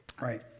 Right